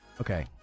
Okay